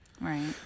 Right